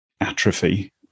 atrophy